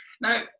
Now